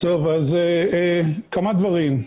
כמה דברים.